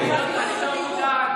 חכו שתראו.